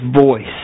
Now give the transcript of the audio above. voice